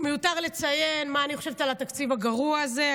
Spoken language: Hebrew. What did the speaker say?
מיותר לציין מה אני חושבת על התקציב הגרוע הזה.